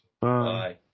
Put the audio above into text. Bye